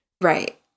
Right